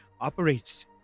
operates